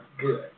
good